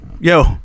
Yo